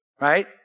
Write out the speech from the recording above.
right